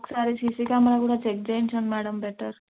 ఒకసారి CC camera కూడా check చేయించండి మ్యాడమ్ బెటర్